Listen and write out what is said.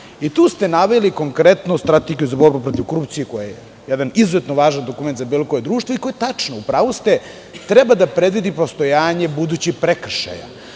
Tu ste naveli konkretnu strategiju za borbu protiv korupcije, koja je jedan izuzetno važan dokument za bilo koje društvo i koje je tačno. U pravu ste, treba da predvidi postojanje budućih prekršaja,